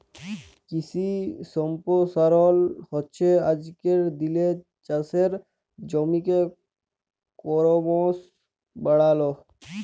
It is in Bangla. কিশি সম্পরসারল হচ্যে আজকের দিলের চাষের জমিকে করমশ বাড়াল